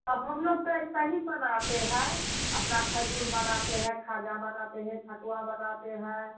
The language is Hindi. तो हम लोग तो ऐसा ही बनाते हैं अपना खजूर बनाते हैं खाजा बनाते हैं ठेकुआ बनाते हैं